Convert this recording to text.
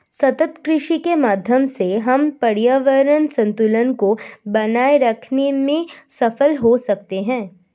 सतत कृषि के माध्यम से हम पर्यावरण संतुलन को बनाए रखते में सफल हो सकते हैं